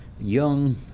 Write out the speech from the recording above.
young